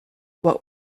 what